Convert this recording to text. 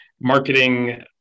Marketing